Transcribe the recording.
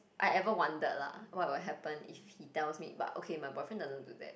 I ever wondered lah what will happen if he tells me but okay my boyfriend doesn't do that